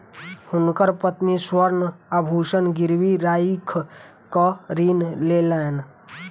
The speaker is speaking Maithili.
हुनकर पत्नी स्वर्ण आभूषण गिरवी राइख कअ ऋण लेलैन